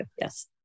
Yes